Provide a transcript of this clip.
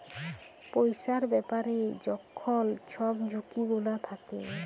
পইসার ব্যাপারে যখল ছব ঝুঁকি গুলা থ্যাকে